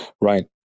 Right